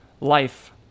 life